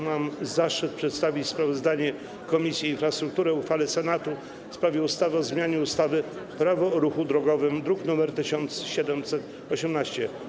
Mam zaszczyt przedstawić sprawozdanie Komisji Infrastruktury o uchwale Senatu w sprawie ustawy o zmianie ustawy - Prawo o ruchu drogowym, druk nr 1718.